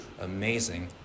amazing